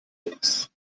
uns